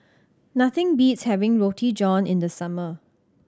nothing beats having Roti John in the summer